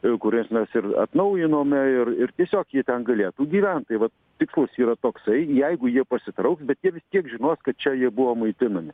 ir kurias mes ir atnaujinome ir ir tiesiog jie ten galėtų gyvent tai vat tikslas yra toksai jeigu jie pasitrauks bet jie vis tiek žinos kad čia jie buvo maitinami